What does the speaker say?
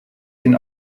den